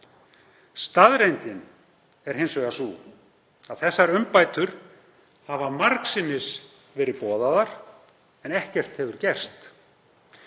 Staðreyndin er hins vegar sú að þessar umbætur hafa margsinnis verið boðaðar en ekkert hefur gerst.